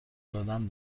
دادن